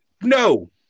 No